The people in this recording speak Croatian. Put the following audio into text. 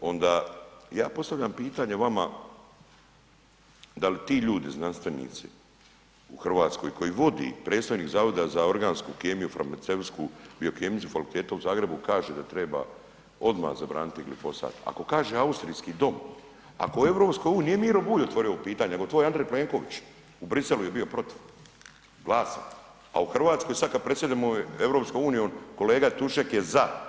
onda ja postavljam pitanje vama da li ti ljudi znanstvenici u RH koji vodi predstojnik Zavoda za organsku kemiju i farmaceutsku biokemiju Fakulteta u Zagrebu kaže da treba odma zabraniti glifosat, ako kaže austrijski dom, ako u EU, nije Miro Bulj otvorio ovo pitanje nego to je Andrej Plenković, u Briselu je bio protiv, glasan, a u RH sad kad predsjedamo EU kolega Tušek je za.